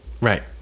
Right